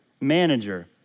Manager